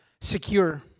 secure